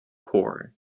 corps